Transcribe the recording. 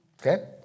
Okay